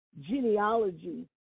genealogy